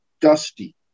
Dusty